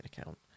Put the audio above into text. account